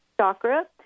chakra